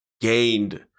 gained